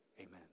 Amen